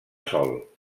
sol